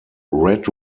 red